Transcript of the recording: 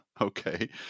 Okay